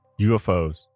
UFOs